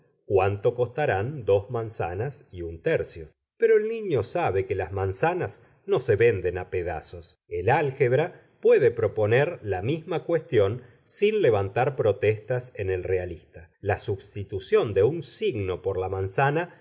cuánto costarán dos manzanas y un tercio pero el niño sabe que las manzanas no se venden a pedazos el álgebra puede proponer la misma cuestión sin levantar protestas en el realista la substitución de un signo por la manzana